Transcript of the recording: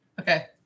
Okay